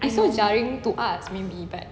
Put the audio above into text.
it's so jarring to us maybe but